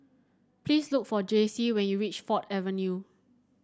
please look for Jacey when you reach Ford Avenue